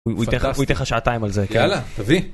הוא ייתן לך... הוא ייתן לך שעתיים על זה, כן? - יאללה, תביא!